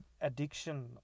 addiction